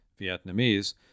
Vietnamese